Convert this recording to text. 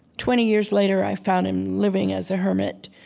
twenty years later, i found him living as a hermit,